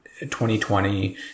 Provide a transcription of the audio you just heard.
2020